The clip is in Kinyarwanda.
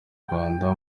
rwanda